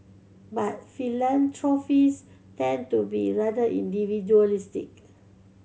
but philanthropists tend to be rather individualistic